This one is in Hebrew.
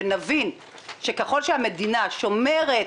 ונבין שככל שהמדינה שומרת